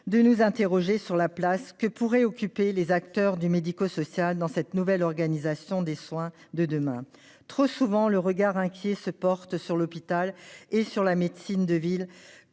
nous interrogions sur la place que pourraient occuper les acteurs du médico-social dans la nouvelle organisation des soins de demain. Trop souvent, un regard inquiet se porte sur l'hôpital et sur la médecine de ville,